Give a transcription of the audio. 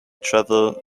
travel